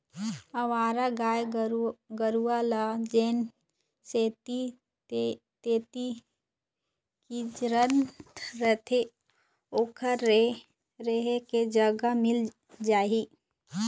अवारा गाय गरूवा ल जेन ऐती तेती किंजरत रथें ओखर रेहे के जगा मिल जाही